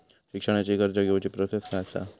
शिक्षणाची कर्ज घेऊची प्रोसेस काय असा?